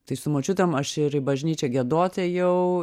tai su močiutėm aš ir į bažnyčią giedot ėjau